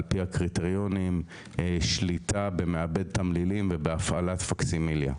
פי הקריטריונים שליטה במעבד תמלילים ובהפעלת פקסימיליה.